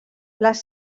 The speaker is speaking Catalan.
les